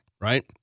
right